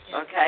Okay